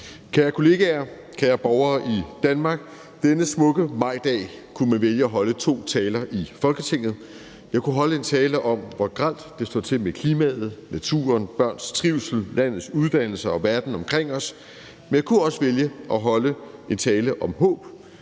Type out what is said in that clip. Kære kollegaer, kære borgere i Danmark. Denne smukke majdag kunne man vælge at holde to taler i Folketinget. Jeg kunne holde en tale om, hvor grelt det står til med klimaet, naturen, børns trivsel, landets uddannelser og verden omkring os, men jeg kunne også vælge at holde en tale om håb,